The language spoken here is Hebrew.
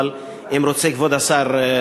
אבל אם רוצה כבוד השר להשיב,